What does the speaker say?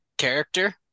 Character